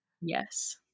Yes